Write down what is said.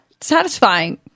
satisfying